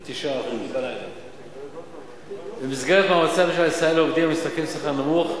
9%. 9%. במסגרת מאמצי הממשלה לסייע לעובדים המשתכרים שכר נמוך,